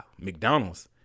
McDonald's